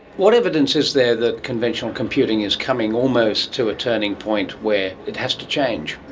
what evidence is there that conventional computing is coming almost to a turning point where it has to change?